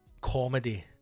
comedy